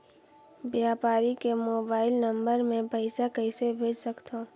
व्यापारी के mobile number मे पईसा कइसे भेज सकथव?